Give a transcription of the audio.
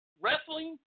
wrestling